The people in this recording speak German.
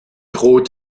droht